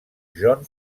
john